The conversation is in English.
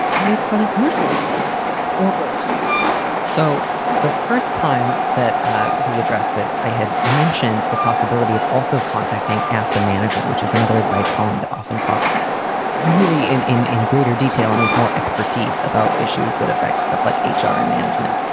made fun of mercilessly or both so the first time that we address this, i had mentioned the possibility of also contacting ask a manager, which is another advice column that often talks really in in in greater detail and with more expertise about issues that affect stuff like h r. and management.